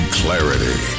clarity